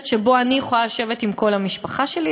שבו אני יכולה לשבת עם כל המשפחה שלי,